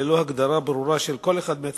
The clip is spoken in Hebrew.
ללא הגדרה ברורה של כל אחד מהתפקידים,